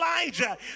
Elijah